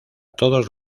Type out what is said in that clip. todos